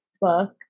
book